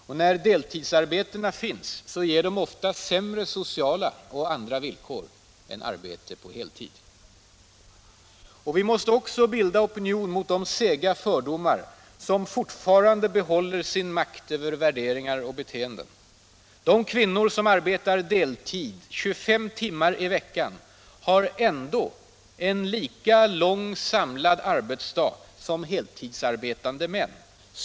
Och när deltidsarbetena finns ger de ofta sämre sociala och andra villkor än arbete på heltid. Vi måste också bilda opinion mot de sega fördomar som fortfarande behåller sin makt över värderingar och beteenden. De kvinnor som arbetar deltid 25 timmar i veckan har ändå en lika lång samlad arbetsdag som heltidsarbetande män.